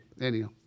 anyhow